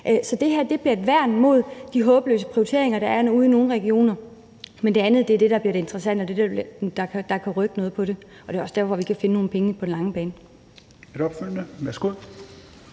Så det her bliver et værn mod de håbløse prioriteringer, der er ude i nogle regioner. Men det andet er det, der bliver det interessante, og det er det, der kan rykke noget på det. Det er også der, hvor vi kan finde nogle penge på den lange bane.